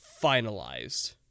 finalized